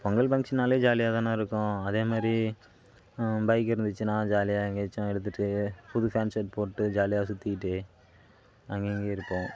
பொங்கல் ஃபங்க்ஷன்னாலே ஜாலியாக தானே இருக்கும் அதே மாரி பைக் இருந்துச்சுன்னா ஜாலியாக எங்கேயாச்சும் எடுத்துட்டு புது ஃபேண்ட் ஷர்ட் போட்டு ஜாலியாக சுற்றிக்கிட்டு அங்கேங்க இருப்போம்